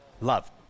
Love